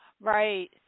Right